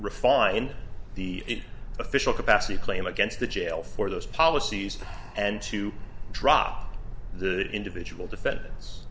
refine the official capacity claim against the jail for those policies and to drop the individual defen